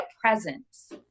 presence